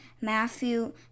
Matthew